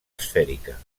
esfèrica